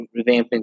revamping